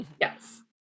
Yes